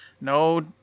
no